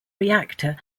reactor